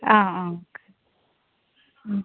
ആ ആ ഉം